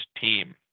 team